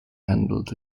handled